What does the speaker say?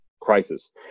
crisis